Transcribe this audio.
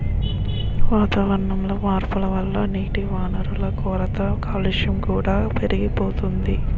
వాతావరణంలో మార్పుల వల్ల నీటివనరుల కొరత, కాలుష్యం కూడా పెరిగిపోతోంది